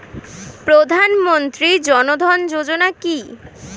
প্রধানমন্ত্রী জনধন যোজনা কি?